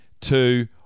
two